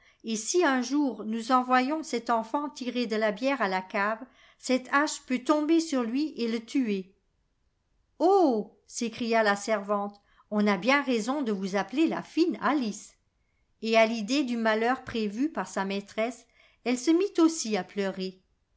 et si un jour nous envoyons cet enfant tirer de la bière à la cave cette hache peut tomber sur lui et le tuer oh s'écria la servante on a bien raison de vous appeler la fine alice et à l'idée du malheur prévu par sa maîtresse elle se mit aussi à pleurer